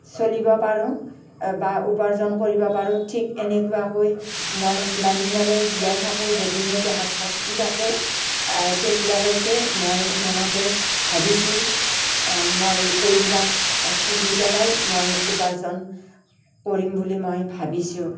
চলিব পাৰোঁ বা উপাৰ্জন কৰিব পাৰোঁ ঠিক এনেকুৱাকৈ মই যিমান দিনলৈ জীয়াই থাকোঁ যদি মোৰ দেহত শক্তি থাকে তেতিয়ালৈকে মই মনতে ভাবিছোঁ মই এই এইবিলাক পুহি পেলাই মই উপাৰ্জন কৰিম বুলি মই ভাবিছোঁ